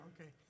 Okay